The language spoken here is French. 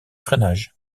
freinage